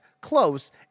close